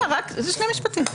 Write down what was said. זה שני משפטים.